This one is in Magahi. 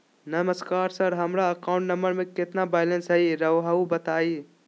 नमस्कार सर हमरा अकाउंट नंबर में कितना बैलेंस हेई राहुर बताई?